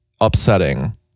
upsetting